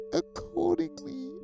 accordingly